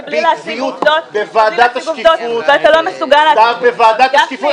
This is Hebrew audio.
אני מתכבד לפתוח את ישיבת ועדת הכספים.